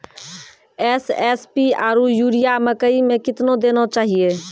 SSP आरु urea मकई मे कितना देना चाहिए?